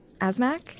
ASMAC